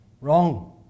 Wrong